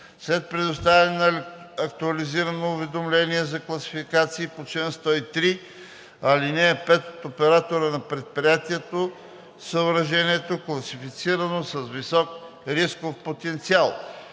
след представяне на актуализирано уведомление за класификация по чл. 103, ал. 5 от оператора на предприятие/съоръжение, класифицирано с висок рисков потенциал